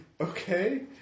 Okay